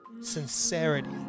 sincerity